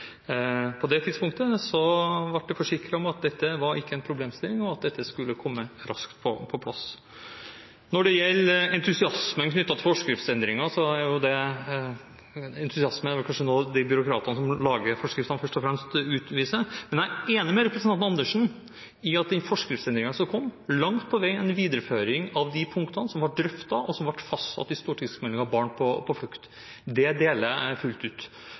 På det tidspunktet ble det forsikret om at dette ikke var en problemstilling, og at dette skulle komme raskt på plass. Når det gjelder entusiasme knyttet til forskriftsendringer, er det kanskje noe byråkratene som lager forskriftene, først og fremst utviser, men jeg er enig med representanten Andersen i at den forskriftsendringen som kom, langt på vei er en videreføring av de punktene som ble drøftet, og som ble fastsatt i stortingsmeldingen Barn på flukt. Det deler jeg fullt ut.